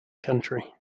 country